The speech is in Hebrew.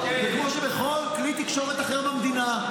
וכמו בכל כלי תקשורת אחר במדינה,